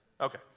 Okay